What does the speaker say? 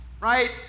Right